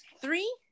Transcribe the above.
three